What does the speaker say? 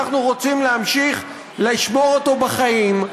אנחנו רוצים להמשיך לשמור אותו בחיים,